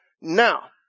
Now